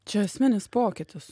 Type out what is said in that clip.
čia esminis pokytis